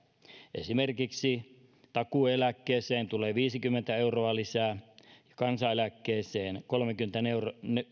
esimerkiksi takuueläkkeeseen tulee viisikymmentä euroa lisää ja kansaneläkkeeseen kolmekymmentäneljä